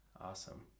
Awesome